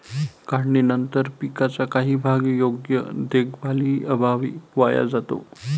काढणीनंतर पिकाचा काही भाग योग्य देखभालीअभावी वाया जातो